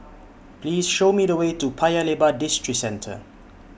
Please Show Me The Way to Paya Lebar Districentre